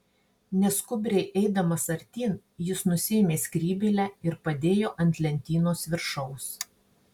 neskubriai eidamas artyn jis nusiėmė skrybėlę ir padėjo ant lentynos viršaus